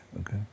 okay